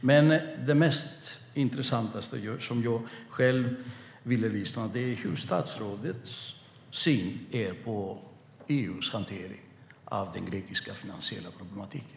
Men det mest intressanta för mig är vilken syn statsrådet har på EU:s hantering av den grekiska finansiella problematiken.